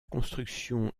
construction